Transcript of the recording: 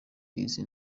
izi